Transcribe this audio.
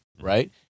right